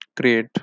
create